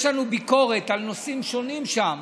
יש לנו ביקורת על נושאים שונים שם.